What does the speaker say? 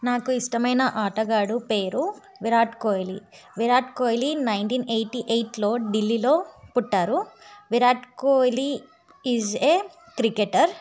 నాకు ఇష్టమైన ఆటగాడు పేరు విరాట్ కోహ్లీ విరాట్ కోహ్లీ నైన్టీన్ ఎయిటీ ఎయిట్లో ఢిల్లీలో పుట్టారు Virat Kohli is a cricketer